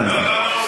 הבנו.